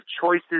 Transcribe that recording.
choices